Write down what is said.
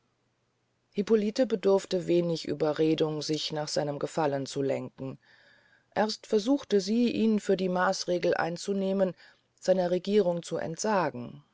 hippolite bedurfte wenig ueberredung sich nach seinem gefallen zu lenken erst versuchte sie ihn für die maasregel einzunehmen seiner regierung zu entsagen